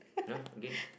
!huh! again